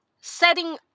setting